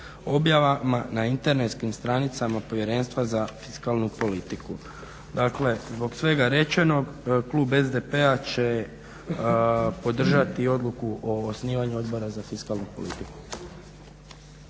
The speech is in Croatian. objavama na internetskim stranicama Povjerenstva za fiskalnu politiku. Dakle, zbog svega rečenog klub SDP-a će podržati odluku o osnivanju Odbora za fiskalnu politiku.